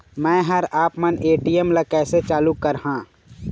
मैं हर आपमन ए.टी.एम ला कैसे चालू कराहां?